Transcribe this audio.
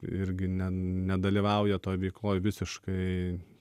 irgi ne nedalyvauja toj veikloj visiškai